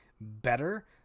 better